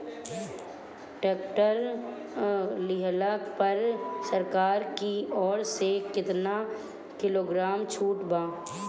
Tractor लिहला पर सरकार की ओर से केतना किलोग्राम छूट बा?